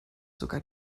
sogar